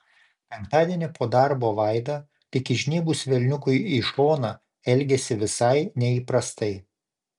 penktadienį po darbo vaida lyg įžnybus velniukui į šoną elgėsi visai neįprastai